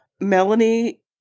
Melanie